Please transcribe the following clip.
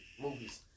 movies